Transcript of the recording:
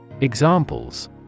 Examples